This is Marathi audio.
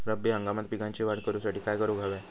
रब्बी हंगामात पिकांची वाढ करूसाठी काय करून हव्या?